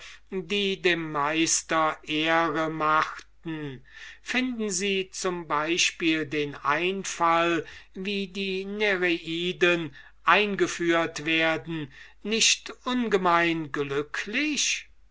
die dem meister ehre machten finden sie z e den einfall wie die nereiden eingeführt worden nicht ungemein glücklich